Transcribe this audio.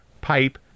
pipe